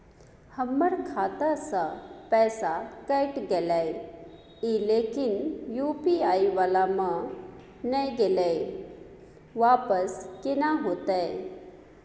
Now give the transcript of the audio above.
हमर खाता स पैसा कैट गेले इ लेकिन यु.पी.आई वाला म नय गेले इ वापस केना होतै?